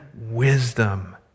wisdom